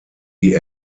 die